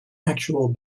actual